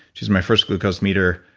geez my first glucose meter,